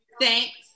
Thanks